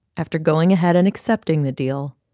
after going ahead and accepting the deal,